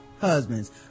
husbands